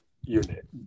unit